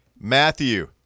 Matthew